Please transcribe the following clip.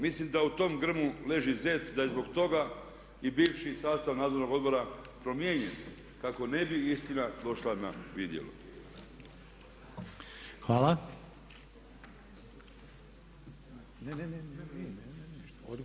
Mislim da u tom grmu leži zec, da je zbog toga i viši sastav nadzornog odbora promijenjen kako ne bi istina došla na vidjelo.